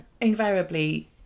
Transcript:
invariably